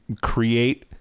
create